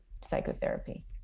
psychotherapy